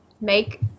make